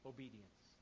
Obedience